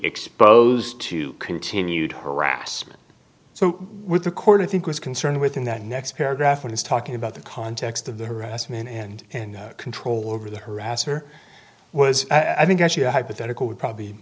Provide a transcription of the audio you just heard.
exposed to continued harassment so with the court i think was concern within that next paragraph one is talking about the context of the harassment and in control over the harasser was i think actually a hypothetical would probably